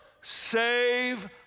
save